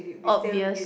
obvious